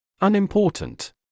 Unimportant